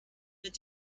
wird